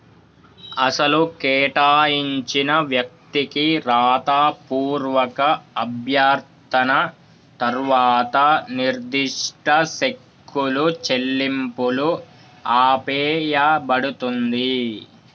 అసలు కేటాయించిన వ్యక్తికి రాతపూర్వక అభ్యర్థన తర్వాత నిర్దిష్ట సెక్కులు చెల్లింపులు ఆపేయబడుతుంది